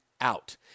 out